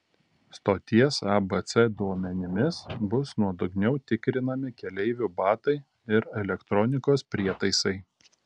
stoties abc duomenimis bus nuodugniau tikrinami keleivių batai ir elektronikos prietaisai